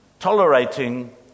Tolerating